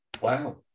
Wow